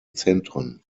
zentren